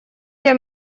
для